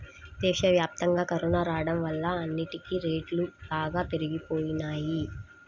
దేశవ్యాప్తంగా కరోనా రాడం వల్ల అన్నిటికీ రేట్లు బాగా పెరిగిపోయినియ్యి